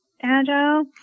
agile